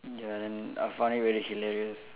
ya then I find it very hilarious